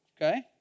okay